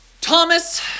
Thomas